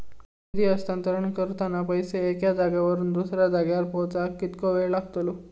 निधी हस्तांतरण करताना पैसे एक्या जाग्यावरून दुसऱ्या जाग्यार पोचाक कितको वेळ लागतलो?